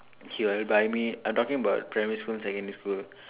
he want to buy me uh definitely bought primary school secondary school